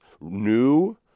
new